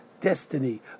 destiny